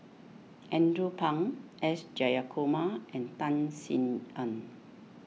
Andrew Phang S Jayakumar and Tan Sin Aun